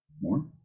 More